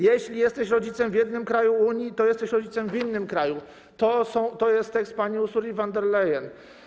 Jeśli jesteś rodzicem w jednym kraju Unii, to jesteś rodzicem w innym kraju - to jest tekst pani Ursuli von der Leyen.